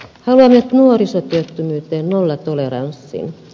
haluamme nuorisotyöttömyyteen nollatoleranssin